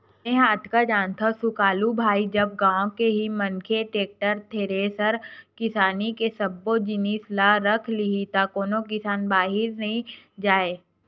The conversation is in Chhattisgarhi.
मेंहा अतका जानथव सुकालू भाई जब गाँव के ही मनखे टेक्टर, थेरेसर किसानी के सब्बो जिनिस ल रख लिही त कोनो किसान बाहिर नइ जाय